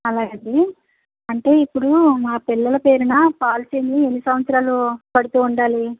అలాగా అండి అంటే ఇప్పుడు మా పిల్లల పేరున పాలసీలు ఎన్ని సంవత్సరాలు కడుతూ ఉండాలి